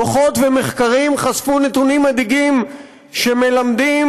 דוחות ומחקרים חשפו נתונים מדאיגים שמלמדים